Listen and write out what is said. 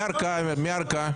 מי הערכאה?